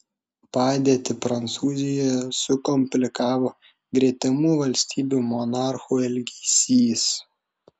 padėtį prancūzijoje sukomplikavo gretimų valstybių monarchų elgesys